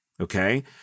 okay